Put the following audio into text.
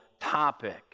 topic